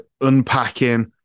unpacking